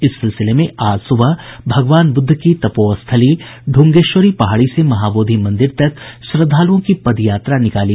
इस सिलसिले में आज सुबह भगवान बुद्ध की तपोस्थली ढुंगेश्वरी पहाड़ी से महाबोधि मंदिर तक श्रद्धालुओं की पद यात्रा निकाली